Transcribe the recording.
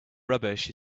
rubbish